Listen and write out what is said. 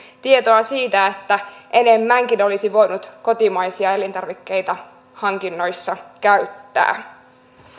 tietoa siitä että enemmänkin olisi voinut kotimaisia elintarvikkeita hankinnoissa käyttää